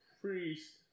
priest